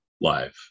live